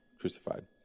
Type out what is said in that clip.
crucified